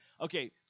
okay